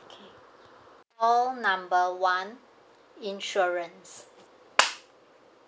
okay call number one insurance